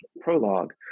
prologue